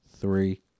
Three